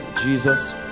Jesus